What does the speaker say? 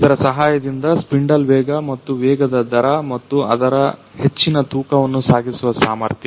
ಇದರ ಸಹಾಯದಿಂದ ಸ್ಪಿಂಡಲ್ ವೇಗ ಮತ್ತು ವೇಗದ ದರ ಮತ್ತು ಅದರ ಹೆಚ್ಚಿನ ತೂಕವನ್ನು ಸಾಗಿಸುವ ಸಾಮರ್ಥ್ಯ